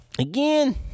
again